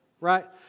right